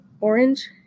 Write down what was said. Orange